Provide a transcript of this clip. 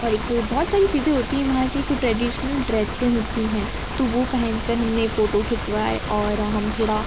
और एक बहुत सारी चीज़ें होती हैं वहाँ है कि एक ट्रेडिसनल ड्रेसें होती हैं तो वो पहनकर हमने फोटो खींचवाए और हम थोड़ा